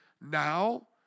Now